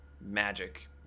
magic